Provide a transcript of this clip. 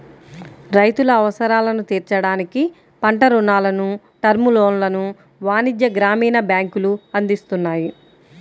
రైతుల అవసరాలను తీర్చడానికి పంట రుణాలను, టర్మ్ లోన్లను వాణిజ్య, గ్రామీణ బ్యాంకులు అందిస్తున్నాయి